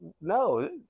No